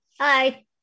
Hi